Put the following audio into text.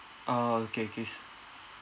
orh okay okay sure